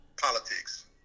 politics